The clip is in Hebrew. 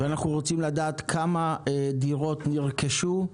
ואנחנו רוצים לדעת כמה דירות נרכשו,